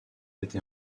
été